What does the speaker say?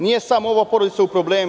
Nije samo ova porodica u problemu.